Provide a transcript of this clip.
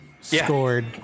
scored